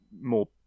more